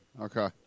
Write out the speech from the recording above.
Okay